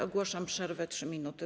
Ogłaszam przerwę - 3 minuty.